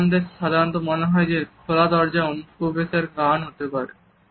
জার্মানদের সাধারণত মনে হয় যে খোলা দরজা অনুপ্রবেশের কারণ হতে পারে